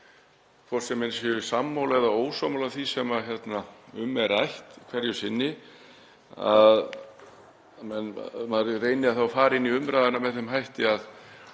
sem menn eru sammála eða ósammála því sem um er rætt hverju sinni, að maður reyni að fara inn í umræðuna með þeim hætti að